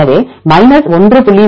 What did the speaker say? எனவே 1